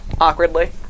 awkwardly